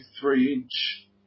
three-inch